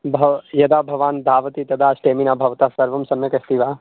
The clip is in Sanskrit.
भव् यदा भवान् धावति तदा स्टामिना भवतः सर्वं सम्यक् अस्ति वा